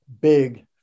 big